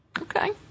Okay